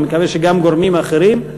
ואני מקווה שגם גורמים אחרים,